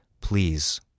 Please